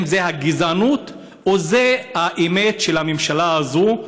האם זו הגזענות או זו האמת של הממשלה הזאת,